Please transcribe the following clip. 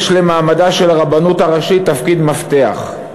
יש למעמדה של הרבנות הראשית תפקיד מפתח.